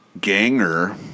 Ganger